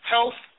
Health